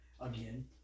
again